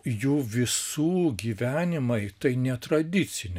jų visų gyvenimai tai netradiciniai